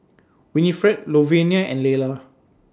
Winifred Louvenia and Lela